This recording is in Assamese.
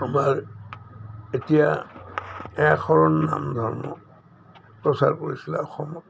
আমাৰ এতিয়া এক শৰণ নাম ধৰ্ম প্ৰচাৰ কৰিছিলে অসমত